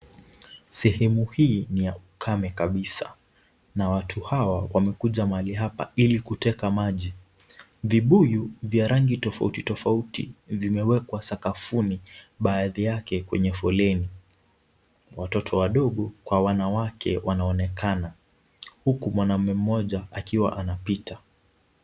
Sehemu hii ni ya ukame kabisa na watu hawa wamekuja mahali hapa ili kuteka maji. Vibuyu vya rangi tofauti tofauti vimewekwa sakafuni, baadhi yake kwenye foleni. Watoto wadogo kwa wanawake wanaonekana huku mwanaume mmoja akiwa anapita.